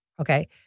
okay